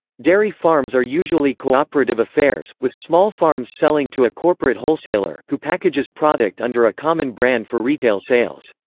dairy farms are usually cooperative affairs, with small farms selling to a corporate wholesaler, who packages product under a common brand for retail sales.